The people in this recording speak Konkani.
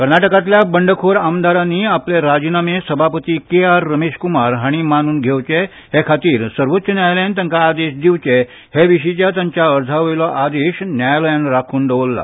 कर्नाटकांतल्या बंडखोर आमदारांनी आपले राजिनामे सभापती केआर रमेशकूमार हांणी मानून घेवचे हे खातीर सर्वोच्च न्यायालयान तांकां आदेश दिवचे हे विशींच्या तांच्या अर्जा वयलो आदेश न्यायालयान राखून दवरला